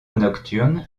nocturne